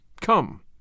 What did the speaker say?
Come